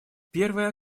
первое